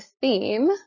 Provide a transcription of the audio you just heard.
theme